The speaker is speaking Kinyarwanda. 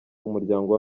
umuryango